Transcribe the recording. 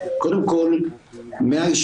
לגבי דחיל,